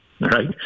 right